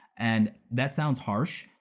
and that sounds harsh,